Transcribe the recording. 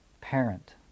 parent